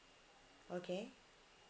okay